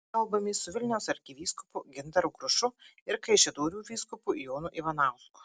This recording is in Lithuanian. kalbamės su vilniaus arkivyskupu gintaru grušu ir kaišiadorių vyskupu jonu ivanausku